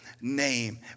name